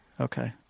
Okay